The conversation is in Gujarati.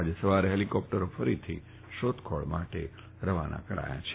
આજે સવારે હેલિકોપ્ટરો ફરીથી શોધખોળ માટે રવાના થયા છે